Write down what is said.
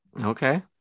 Okay